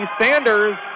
Sanders